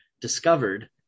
discovered